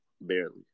barely